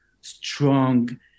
strong